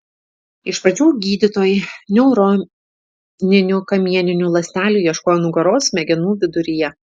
iš pradžių gydytojai neuroninių kamieninių ląstelių ieškojo nugaros smegenų viduryje